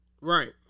right